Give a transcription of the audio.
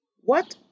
What